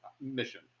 mission